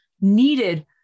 needed